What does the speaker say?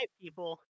people